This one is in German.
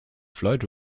floyd